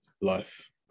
life